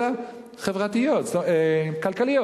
אלא כלכליות: